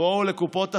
יבואו לקופות החולים,